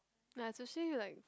ya especially like